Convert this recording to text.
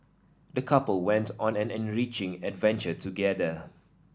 the couple went on an enriching adventure together